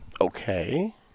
Okay